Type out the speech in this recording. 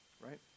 right